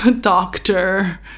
doctor